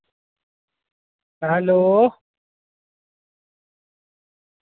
hello